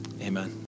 Amen